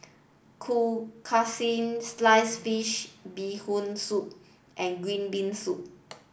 Kueh Kaswi sliced fish bee hoon soup and green bean soup